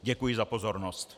Děkuji za pozornost.